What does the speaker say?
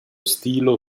stilo